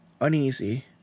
Uneasy